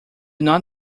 not